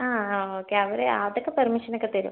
ആ ആ ഓക്കേ അവർ അതൊക്കെ പെർമിഷൻ ഒക്കെ തരും